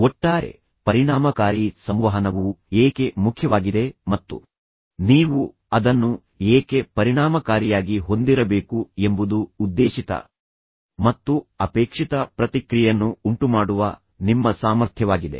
ಒಟ್ಟಾರೆ ಪರಿಣಾಮಕಾರಿ ಸಂವಹನವು ಏಕೆ ಮುಖ್ಯವಾಗಿದೆ ಮತ್ತು ನೀವು ಅದನ್ನು ಏಕೆ ಪರಿಣಾಮಕಾರಿಯಾಗಿ ಹೊಂದಿರಬೇಕು ಎಂಬುದು ಉದ್ದೇಶಿತ ಮತ್ತು ಅಪೇಕ್ಷಿತ ಪ್ರತಿಕ್ರಿಯೆಯನ್ನು ಉಂಟುಮಾಡುವ ನಿಮ್ಮ ಸಾಮರ್ಥ್ಯವಾಗಿದೆ